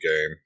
game